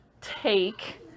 take